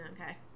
okay